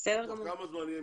בימים הקרובים.